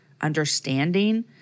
understanding